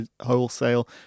wholesale